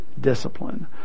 discipline